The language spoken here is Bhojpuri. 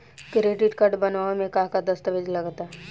क्रेडीट कार्ड बनवावे म का का दस्तावेज लगा ता?